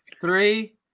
Three